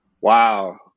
Wow